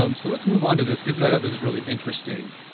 um so let's move on to this because i know this is really interesting,